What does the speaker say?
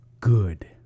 good